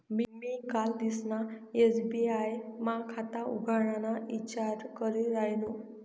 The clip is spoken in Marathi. मी कालदिसना एस.बी.आय मा खाता उघडाना ईचार करी रायनू